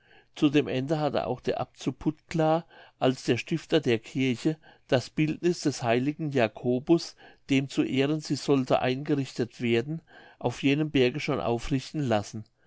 zu dem ende hatte auch der abt zu pudgla als der stifter der kirche das bildniß des heiligen jacobus dem zu ehren sie sollte eingerichtet werden auf jenem berge schon aufrichten lassen